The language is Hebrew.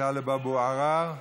טלב אבו עראר,